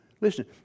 Listen